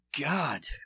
God